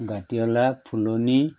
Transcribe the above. গাঁতিয়লা ফুলনি